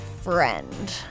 friend